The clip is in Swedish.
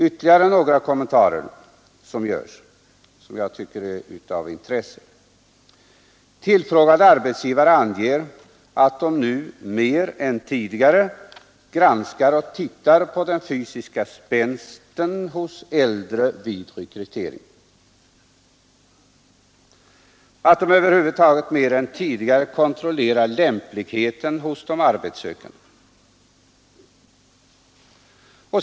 Ytterligare några kommentarer som görs tycker jag är av intresse: Tillfrågade arbetsgivare anger att de nu mer än tidigare ser till den fysiska spänsten hos äldre vid rekrytering och att de över huvud taget mer än tidigare kontrollerar lämpligheten hos de arbetssökande.